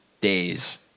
days